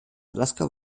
alaska